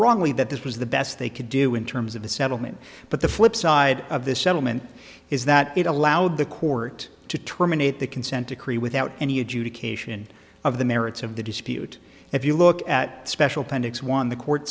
wrongly that this was the best they could do in terms of the settlement but the flip side of this settlement is that it allowed the court to terminate the consent decree without any adjudication of the merits of the dispute if you look at special panix one the court